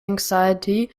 anxiety